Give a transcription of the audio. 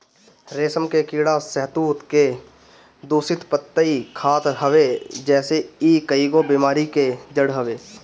रेशम के कीड़ा शहतूत के दूषित पतइ खात हवे जेसे इ कईगो बेमारी के जड़ हवे